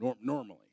normally